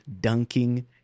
dunking